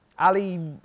Ali